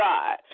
God